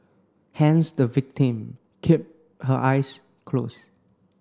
hence the victim kept her eyes closed